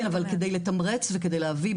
כן אבל כדי לתמרץ וכדי להביא,